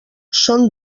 són